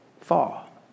fall